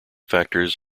factors